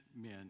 men